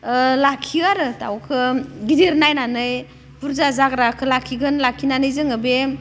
लाखियो आरो दाउखौ गिदिर नायनानै बुरजा जाग्राखौ लाखिगोन लाखिनानै जोङो बे